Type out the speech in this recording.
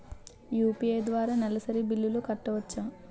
UPI ద్వారా నెలసరి బిల్లులు కట్టవచ్చా?